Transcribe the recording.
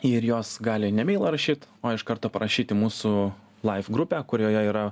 ir jos gali ne emeilą rašyt o iš karto parašyt į mūsų laif grupę kurioje yra